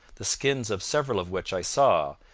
the skins of several of which i saw,